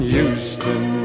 Houston